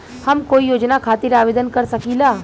हम कोई योजना खातिर आवेदन कर सकीला?